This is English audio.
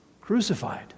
crucified